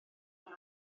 hyn